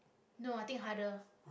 no i think harder